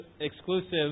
exclusive